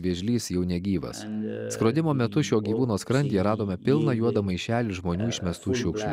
vėžlys jau negyvas skrodimo metu šio gyvūno skrandyje radome pilną juodą maišelį žmonių išmestų šiukšlių